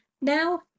now